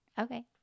okay